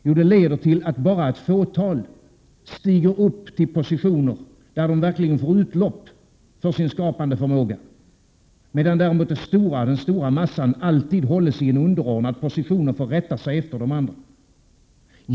Jo, till att bara ett fåtal stiger upp till positioner där de verkligen får utlopp för sin skapande förmåga, medan däremot den stora massan hålls i en underordnad position och får rätta sig efter de andra.